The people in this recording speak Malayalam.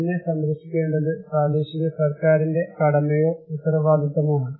എന്നെ സംരക്ഷിക്കേണ്ടത് പ്രാദേശിക സർക്കാരിന്റെ കടമയോ ഉത്തരവാദിത്തമോ ആണ്